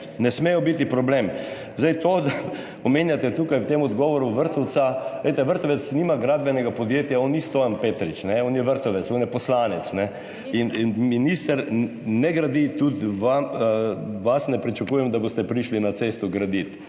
Ne smejo biti problem! To, da omenjate tukaj v tem odgovoru Vrtovca, glejte, Vrtovec nima gradbenega podjetja. On ni Stojan Petrič, on je Vrtovec, on je poslanec. In minister ne gradi, tudi od vas ne pričakujem, da boste prišli na cesto gradit.